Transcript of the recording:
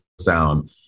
sound